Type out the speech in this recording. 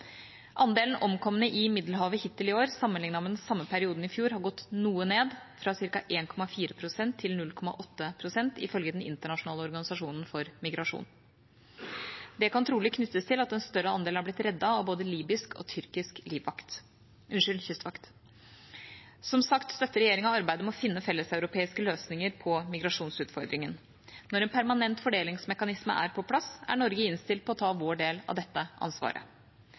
Andelen omkomne i Middelhavet hittil i år sammenlignet med den samme perioden i fjor har gått noe ned, fra ca. 1,4 pst. til 0,8 pst., ifølge Den internasjonale organisasjonen for migrasjon. Det kan trolig knyttes til at en større andel er blitt reddet av både libysk og tyrkisk kystvakt. Som sagt støtter regjeringa arbeidet med å finne felleseuropeiske løsninger på migrasjonsutfordringen. Når en permanent fordelingsmekanisme er på plass, er Norge innstilt på å ta sin del av dette ansvaret.